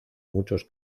muchos